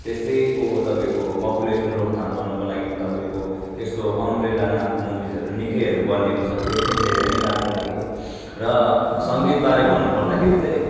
त्यस्तैको तपाईँको पोपुलेसन रोकथाम गर्नुको लागि तपाईँको यस्तो अम्ब्रेला नामको मुभिसहरू नि निकै अहिले बनिएको छ त्यो पनि धेरै नै राम्रो लाग्यो र सङ्गीतबारे भन्नुपर्दाखेरि चाहिँ